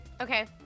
Okay